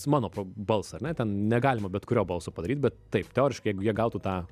mano balsą ar ne ten negalima bet kurio balso padaryt bet taip teoriškai jeigu jie gautų tą